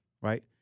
right